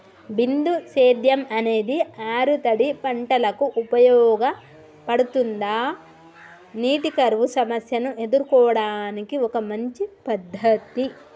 బిందు సేద్యం అనేది ఆరుతడి పంటలకు ఉపయోగపడుతుందా నీటి కరువు సమస్యను ఎదుర్కోవడానికి ఒక మంచి పద్ధతి?